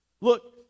Look